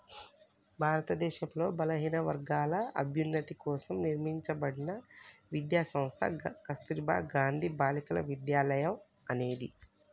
భారతదేశంలో బలహీనవర్గాల అభ్యున్నతి కోసం నిర్మింపబడిన విద్యా సంస్థ కస్తుర్బా గాంధీ బాలికా విద్యాలయ అనేది